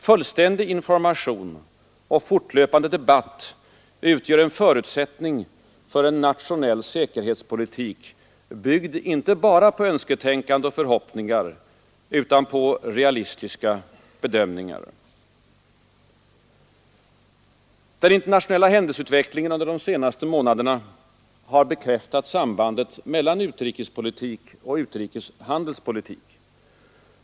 Fullständig information och fortlöpande debatt utgör en förutsättning för en nationell säkerhetspolitik byggd inte bara på önsketänkande och förhoppningar utan på realistiska bedömningar. Den internationella händelseutvecklingen under de senaste månaderna har bekräftat sambandet mellan utrikespolitik och utrikeshandelspolitik.